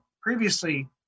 previously